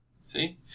See